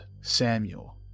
Samuel